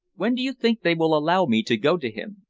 when do you think they will allow me to go to him?